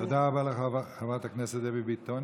תודה רבה לחברת הכנסת דבי ביטון.